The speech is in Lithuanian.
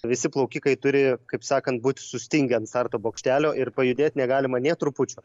visi plaukikai turi kaip sakant būt sustingę ant starto bokštelio ir pajudėt negalima nė trupučio